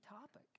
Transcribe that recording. topic